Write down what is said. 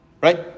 Right